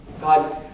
God